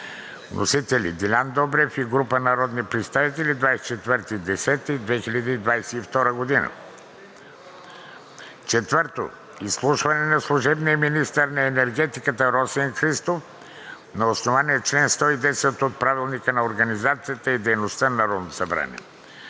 Вносители – Делян Добрев и група народни представители, 24 октомври 2022 г. 4. Изслушване на служебния министър на енергетиката Росен Христов на основание чл. 110 от Правилника за организацията и дейността на Народното събрание